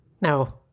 No